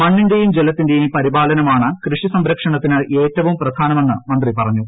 മണ്ണിന്റെയും ജലത്തിന്റെയും പരിപാലനമാണ് കൃഷി സംരക്ഷണത്തിന് ഏറ്റവും പ്രധാനമെന്ന് മന്ത്രി പറഞ്ഞു